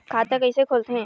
खाता कइसे खोलथें?